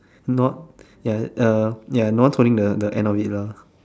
not ya uh ya no one is holding the end of it lah